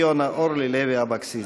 הייתי פה ולא הספקתי ללחוץ.